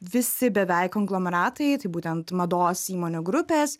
visi beveik konglomeratai tai būtent mados įmonių grupės